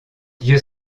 dieu